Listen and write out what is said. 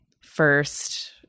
first